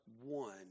one